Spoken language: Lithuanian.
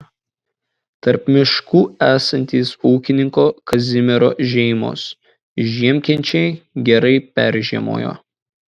tarp miškų esantys ūkininko kazimiro žeimos žiemkenčiai gerai peržiemojo